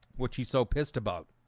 what's he so pissed about?